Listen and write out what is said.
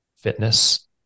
fitness